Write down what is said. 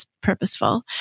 purposeful